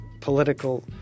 political